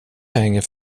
hänger